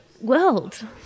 world